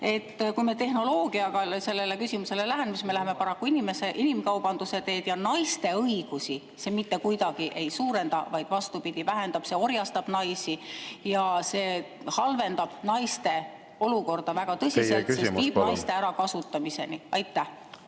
Kui me tehnoloogiaga sellele küsimusele läheneme, siis me läheme paraku inimkaubanduse teed. Aga naiste õigusi see mitte kuidagi ei suurenda, vaid vastupidi, vähendab. See orjastab naisi ja see halvendab naiste olukorda väga tõsiselt … Teie küsimus, palun!